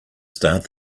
start